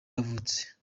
yavutse